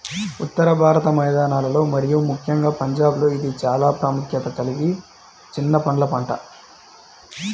ఉత్తర భారత మైదానాలలో మరియు ముఖ్యంగా పంజాబ్లో ఇది చాలా ప్రాముఖ్యత కలిగిన చిన్న పండ్ల పంట